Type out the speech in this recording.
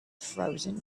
frozen